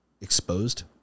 exposed